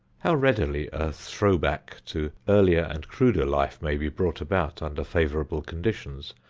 how readily a throw-back to earlier and cruder life may be brought about under favorable conditions,